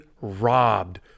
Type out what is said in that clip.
robbed